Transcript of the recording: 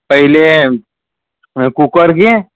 पहिले अं कुकर घे